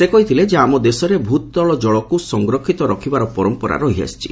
ସେ କହିଥିଲେ ଯେ ଆମ ଦେଶରେ ଭୂତଳଜଳକୁ ସଫରକ୍ଷିତ ରଖିବାର ପରମ୍ପରା ରହିଆସିଛି